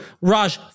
Raj